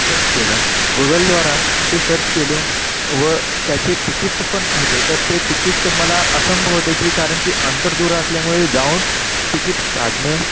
search केलं गुगलद्वारा ते सर्च केलो व त्याचे तिकीट पण होते तर ते तिकीट मला असंभव होते की कारण की अंतर दूर असल्यामुळे जाऊन तिकीट काढणे